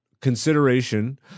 consideration